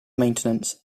maintenance